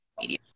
media